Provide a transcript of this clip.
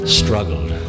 struggled